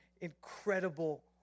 incredible